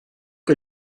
que